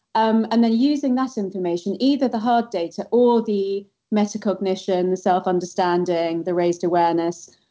um and then using that information either the hard data or the mess of cognition, self-understanding, the raised awareness.